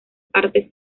partes